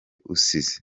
usize